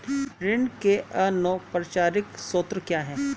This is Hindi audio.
ऋण के अनौपचारिक स्रोत क्या हैं?